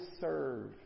serve